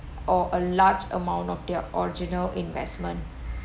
or a large amount of their original investment